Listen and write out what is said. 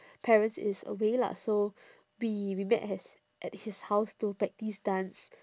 parents is away lah so we we met at at his house to practise dance